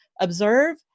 observe